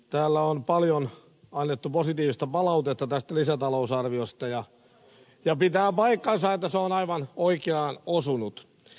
täällä on paljon annettu positiivista palautetta tästä lisätalousarviosta ja pitää paikkansa että se on aivan oikeaan osunut